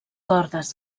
cordes